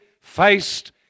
faced